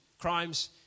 Crimes